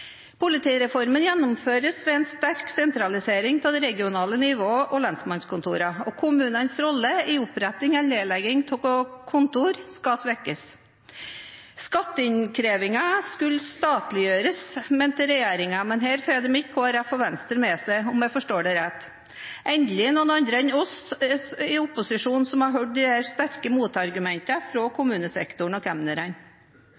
Politireformen gjennomføres ved en sterk sentralisering av det regionale nivået og lensmannskontorene, og kommunenes rolle i oppretting eller nedlegging av kontor skal svekkes. Skatteinnkrevingen skulle statliggjøres, mente regjeringen, men her får de ikke Kristelig Folkeparti og Venstre med seg, om jeg forstår det rett – endelig noen andre enn oss i opposisjonen som har hørt de sterke motargumentene fra kommunesektoren og